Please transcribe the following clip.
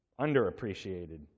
Underappreciated